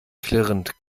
klirrend